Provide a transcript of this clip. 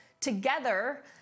together